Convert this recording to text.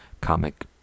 comic